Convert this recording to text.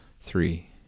three